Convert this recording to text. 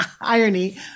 irony